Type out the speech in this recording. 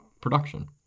production